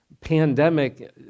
pandemic